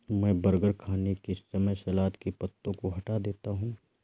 मैं बर्गर खाने के समय सलाद के पत्तों को हटा देता हूं